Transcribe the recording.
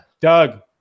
Doug